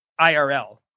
IRL